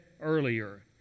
earlier